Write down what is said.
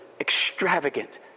extravagant